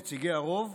נציגי הרוב,